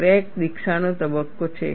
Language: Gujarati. ક્રેક દીક્ષાનો તબક્કો છે